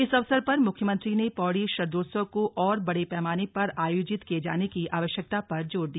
इस अवसर पर मुख्यमंत्री ने पौड़ी शरदोत्सव को और बड़े पैमाने पर आयोजित किए जाने की आवश्यकता पर जोर दिया